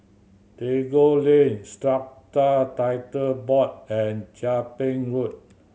Tagore Lain Strata Titles Board and Chia Ping Road